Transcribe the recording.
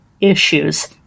issues